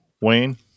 Wayne